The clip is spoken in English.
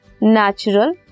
natural